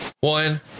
one